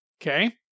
Okay